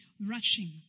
rushing